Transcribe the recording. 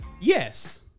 yes